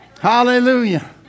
Hallelujah